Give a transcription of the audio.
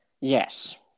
Yes